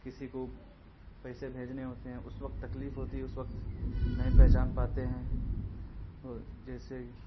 کسی کو پیسے بھیجنے ہوتے ہیں اس وقت تکلیف ہوتی ہے اس وقت نہیں پہچان پاتے ہیں جیسے